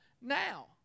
now